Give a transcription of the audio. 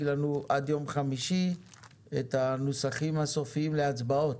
לנו עד יום חמישי את הנוסחים הסופיים להצבעות.